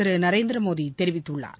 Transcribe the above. திரு நரேந்திரமோடி தெரிவித்துள்ளார்